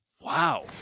wow